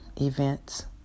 events